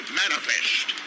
manifest